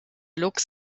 luchs